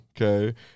okay